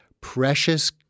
precious